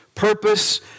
purpose